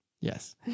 Yes